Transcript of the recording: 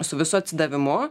su visu atsidavimu